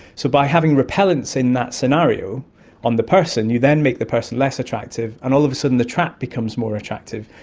so by having repellents in that scenario on the person, you then make the person less attractive and all of a sudden the trap becomes more attractive,